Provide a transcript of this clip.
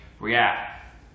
react